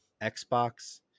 Xbox